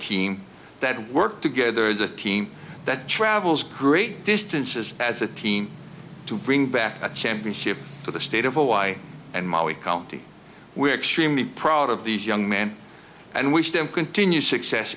team that work together as a team that travels great distances as a team to bring back a championship to the state of hawaii and while we county we're extremely proud of these young men and we stand continue success